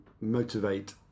motivate